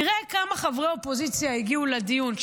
תראה כמה חברי אופוזיציה הגיעו לדיון,